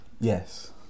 yes